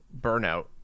burnout